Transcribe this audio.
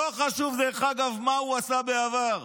לא חשוב, דרך אגב, מה הוא עשה בעבר.